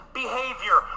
behavior